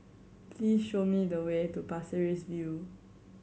please show me the way to Pasir Ris View